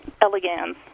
elegans